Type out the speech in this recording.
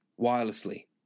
wirelessly